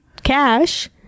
cash